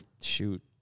shoot